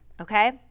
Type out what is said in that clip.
okay